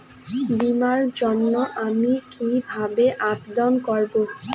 বিমার জন্য আমি কি কিভাবে আবেদন করব?